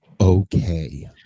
okay